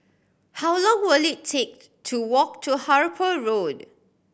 how long will it take to walk to Harper Road